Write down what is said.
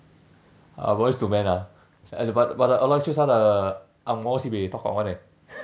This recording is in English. ah boys to men ah but but the aloysius one the angmoh sibeh tok gong [one] eh